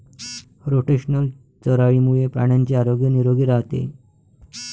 rotational चराईमुळे प्राण्यांचे आरोग्य निरोगी राहते